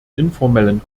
informellen